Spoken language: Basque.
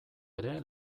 ere